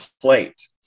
plate